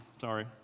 sorry